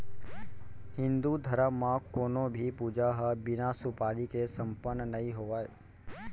हिन्दू धरम म कोनों भी पूजा ह बिना सुपारी के सम्पन्न नइ होवय